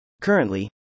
Currently